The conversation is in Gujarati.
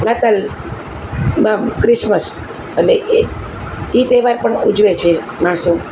નાતાલમાં ક્રિસમસ અને એ એ તહેવાર પણ ઉજવે છે માણસો